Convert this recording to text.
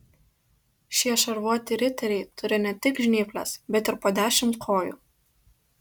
šie šarvuoti riteriai turi ne tik žnyples bet ir po dešimt kojų